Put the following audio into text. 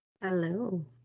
Hello